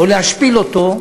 או להשפיל אותו,